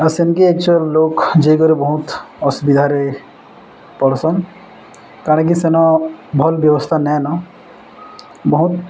ଆଉ ସେମିତି ଆକ୍ଚୁଆଲ୍ ଲୋକ ଜେକରେ ବହୁତ ଅସୁବିଧାରେ ପଡ଼ୁସନ୍ କାଣା କି ସେନ ଭଲ୍ ବ୍ୟବସ୍ଥା ନାଇଁନ ବହୁତ